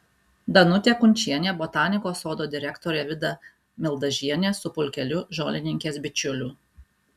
danutė kunčienė botanikos sodo direktorė vida mildažienė su pulkeliu žolininkės bičiulių